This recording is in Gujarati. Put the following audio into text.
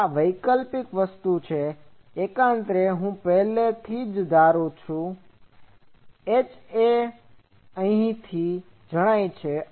આ એક વૈકલ્પિક વસ્તુ છે એકાંતરે હું પહેલેથી જ ધારૂ છું કે HA અહીંથી જણાય છે